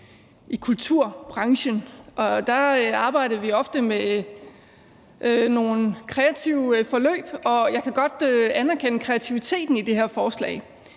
i kulturbranchen, og der arbejdede vi ofte med nogle kreative forløb, og jeg kan godt anerkende kreativiteten i det her forslag.